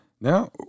now